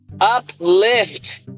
uplift